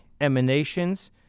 emanations